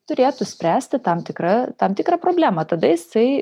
turėtų spręsti tam tikra tam tikrą problemą tada jisai